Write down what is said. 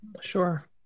Sure